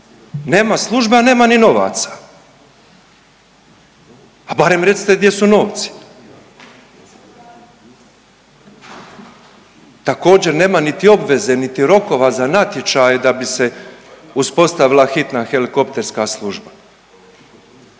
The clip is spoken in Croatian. Službeno nema ni novaca. A barem recite gdje su novci. Također nema niti obveze, niti rokova za natječaj da bi se uspostavila hitna helikopterska služba.